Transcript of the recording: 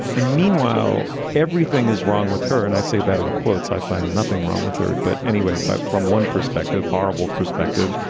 and meanwhile, everything is wrong with her. and i say that in quotes. i find nothing wrong with her. but anyway. but from one perspective, horrible perspective,